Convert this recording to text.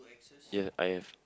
ya I have